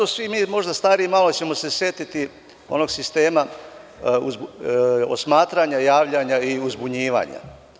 Svi mi možda stariji malo ćemo se setiti onog sistema osmatranja, javljanja i uzbunjivanja.